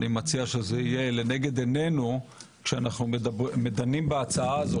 אני מציע שזה יהיה לנגד עינינו כשאנחנו דנים בהצעה הזאת,